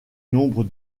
nombre